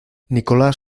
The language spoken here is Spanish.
nicolás